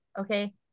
okay